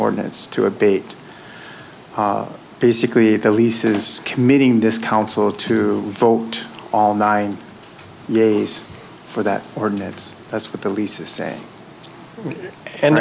ordinance to abate basically the lease is committing this council to vote all nine days for that ordinance that's what the leases say and